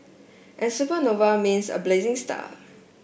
and supernova means a blazing star